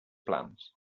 plans